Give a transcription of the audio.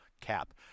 cap